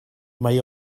mae